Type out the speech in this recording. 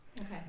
Okay